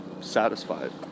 satisfied